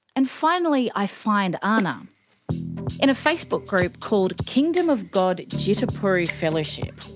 and finally i find ana in a facebook group called kingdom of god jitapuru fellowship.